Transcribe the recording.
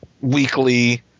weekly –